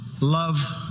love